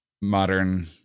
modern